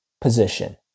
position